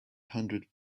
hundred